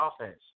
offense